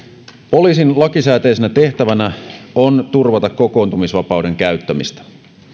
poliisin lakisääteisenä tehtävänä on turvata kokoontumisvapauden käyttämistä